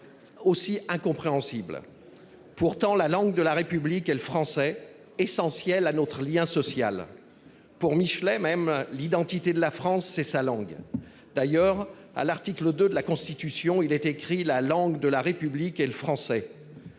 Aussi incompréhensible. Pourtant, la langue de la République est le français essentielle à notre lien social pour Michelin même l'identité de la France, c'est sa langue d'ailleurs à l'article 2 de la Constitution, il était écrit la langue de la République est le français.